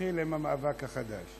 נתחיל עם המאבק החדש.